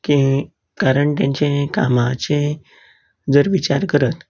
की कारण तेचें कामाचें जर विचार करत